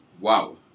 Wow